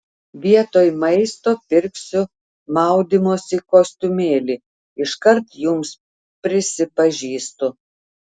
vietoj maisto pirksiu maudymosi kostiumėlį iškart jums prisipažįstu